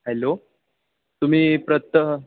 hello तुम्ही प्रत